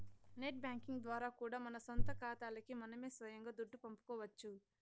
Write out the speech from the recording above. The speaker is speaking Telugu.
నెట్ బ్యేంకింగ్ ద్వారా కూడా మన సొంత కాతాలకి మనమే సొయంగా దుడ్డు పంపుకోవచ్చు